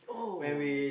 oh